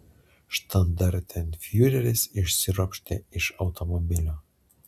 štandartenfiureris išsiropštė iš automobilio